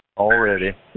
Already